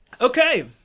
okay